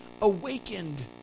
awakened